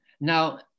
Now